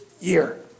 year